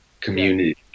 community